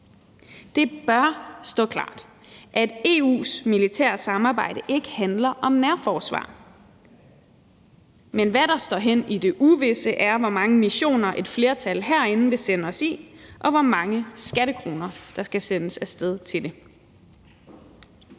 Det bør stå klart, at EU's militære samarbejde ikke handler om nærforsvar. Men hvad der står hen i det uvisse, er, hvor mange missioner et flertal herinde vil sende os på, og hvor mange skattekroner der skal sendes af sted til det.